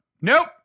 Nope